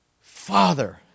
Father